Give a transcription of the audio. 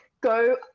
go